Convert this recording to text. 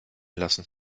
lassen